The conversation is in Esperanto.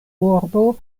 urbo